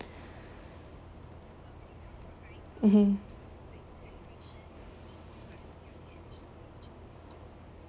mmhmm